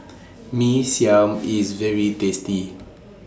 Mee Siam IS very tasty